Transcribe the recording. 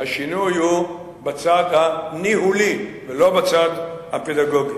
שהשינוי הוא בצד הניהולי ולא בצד הפדגוגי.